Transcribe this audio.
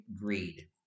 greed